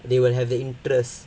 they will have the interest